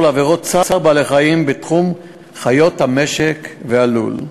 לעבירות צער בעלי-חיים בתחום חיות המשק והלול.